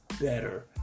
better